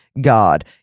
God